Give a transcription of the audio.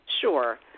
Sure